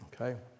Okay